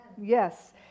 yes